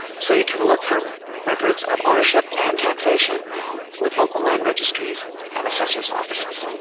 so you can look for records of ownership and taxation with local land registries and assessor's offices.